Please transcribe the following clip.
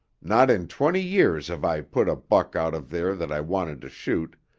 not in twenty years have i put a buck out of there that i wanted to shoot,